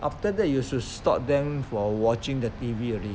after that you should stop them for watching the T_V already